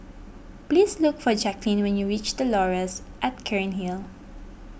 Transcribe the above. please look for Jacquelyn when you reach the Laurels at Cairnhill